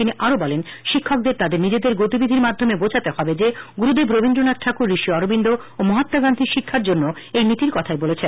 তিনি আরো বলেন শিক্ষকদের তাদের নিজেদের গতিবিধির মধ্যদিয়ে বোঝাতে হবে যে গুরুদেব রবীন্দ্রনাথ ঠাকুর ঋষি অরবিন্দ ও মহাত্মা গান্ধী শিক্ষার জন্য এই নীতির কথাই বলেছেন